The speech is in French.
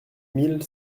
mille